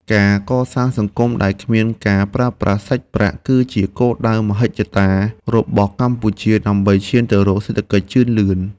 ការកសាងសង្គមដែលគ្មានការប្រើប្រាស់សាច់ប្រាក់ គឺជាគោលដៅមហិច្ឆតារបស់កម្ពុជាដើម្បីឈានទៅរកសេដ្ឋកិច្ចជឿនលឿន។